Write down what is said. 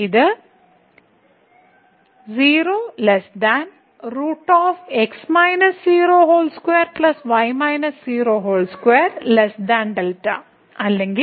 ഇത് അല്ലെങ്കിൽ